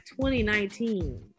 2019